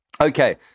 Okay